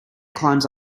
climbs